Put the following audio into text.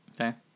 Okay